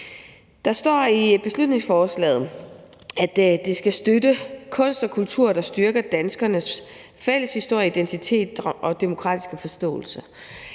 Der står i beslutningsforslaget, at det skal støtte kunst og kultur, der styrker danskernes fælles historie, identitet og demokratiske forståelse.